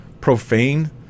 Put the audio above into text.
profane